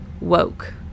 woke